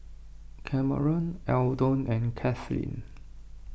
Cameron Eldon and Kaitlynn